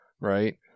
right